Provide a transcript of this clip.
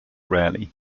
rarely